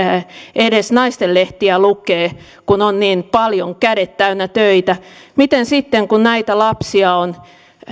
edes naistenlehtiä lukea kun on niin paljon kädet täynnä töitä miten sitten kun näitä lapsia on